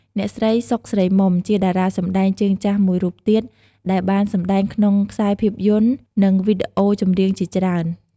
អ្នកស្រី សុខ ស្រីមុំ ជាតារាសម្តែងជើងចាស់មួយរូបទៀត ដែលបានសម្ដែងក្នុងខ្សែភាពយន្ត និងវីដេអូចម្រៀងជាច្រើន។